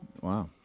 Wow